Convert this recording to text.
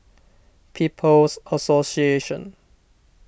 People's Association